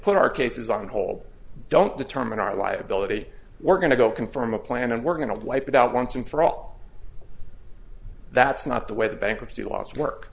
put our cases on whole don't determine our liability we're going to go confirm a plan and we're going to wipe it out once and for all that's not the way the bankruptcy laws work